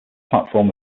platform